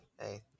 Hey